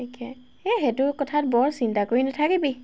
এই সেইটো কথাত বৰ চিন্তা কৰি নাথাকিবি